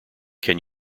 can